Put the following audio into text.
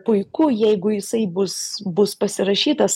puiku jeigu jisai bus bus pasirašytas